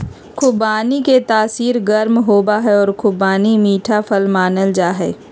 खुबानी के तासीर गर्म होबा हई और खुबानी मीठा फल मानल जाहई